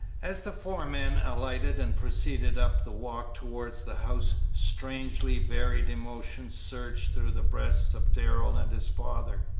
as the four men alighted and proceeded up the walk towards the house strangely varied emotions surged through the breasts of darrell and his father.